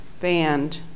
banned